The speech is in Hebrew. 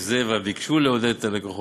היקף זה ואף ביקשו לעודד את לקוחות